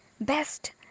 best